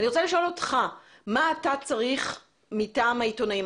אני רוצה לשאול אותך מה אתה צריך מטעם העיתונאים,